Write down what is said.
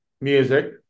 music